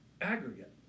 aggregate